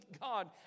God